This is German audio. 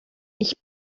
ich